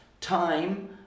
Time